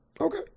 Okay